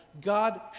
God